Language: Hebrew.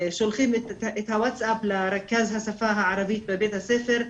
שולחים את הווטסאפ לרכז השפה הערבית בבית הספר,